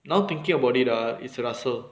now thinking about it ah it's russell